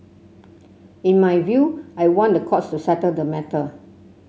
in my view I want the courts to settle the matter